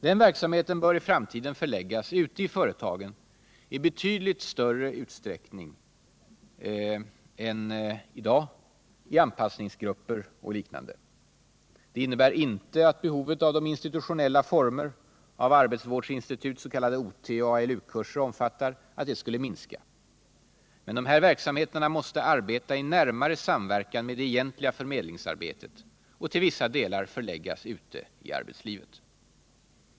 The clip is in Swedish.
Den verksamheten bör i framtiden förläggas ute i företagen i betydligt större utsträckning än i dag, i anpassningsgrupper och liknande. Det innebär inte att behovet av de institutionella former som arbetsvårdsinstitut, s.k. OT och ALU-kurser, omfattar skulle minska. Men de här verksamheterna måste arbeta i närmare samverkan med det egentliga förmedlingsarbetet och till vissa delar förläggas ute i arbetslivet.